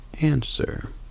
answer